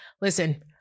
Listen